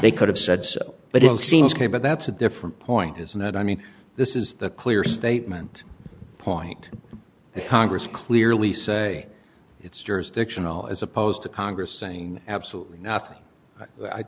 they could have said so but it seems came but that's a different point isn't that i mean this is the clear statement point that congress clearly say it's jurisdictional as opposed to congress saying absolutely not